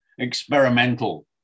experimental